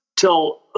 till